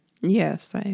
Yes